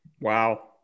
wow